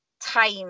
time